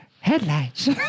headlights